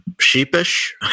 sheepish